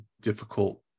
difficult